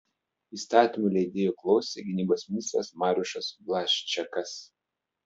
įstatymų leidėjų klausė gynybos ministras mariušas blaščakas